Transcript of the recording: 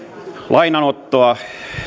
lainanottoa